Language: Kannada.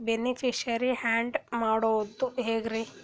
ಬೆನಿಫಿಶರೀ, ಆ್ಯಡ್ ಮಾಡೋದು ಹೆಂಗ್ರಿ?